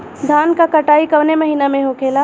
धान क कटाई कवने महीना में होखेला?